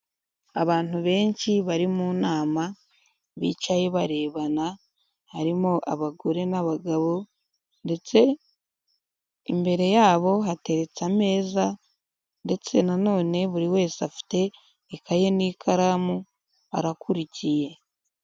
Abantu benshi bari mu nama, bicaye barebana, harimo abagore n'abagabo ndetse imbere yabo hateretse ameza ndetse nanone buri wese afite ikaye n'ikaramu, arakurikiye.